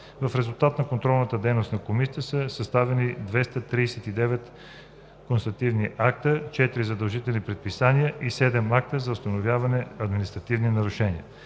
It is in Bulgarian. В резултат на контролната дейност на Комисията са съставени 239 констативни акта, 4 задължителни предписания и 7 акта за установяване на административни нарушения.